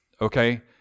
Okay